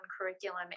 curriculum